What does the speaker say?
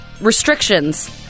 restrictions